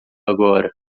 agora